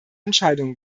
entscheidungen